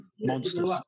monsters